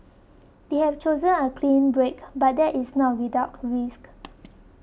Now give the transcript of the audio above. they have chosen a clean break but that is not without risk